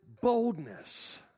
boldness